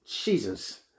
Jesus